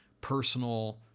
personal